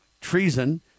treason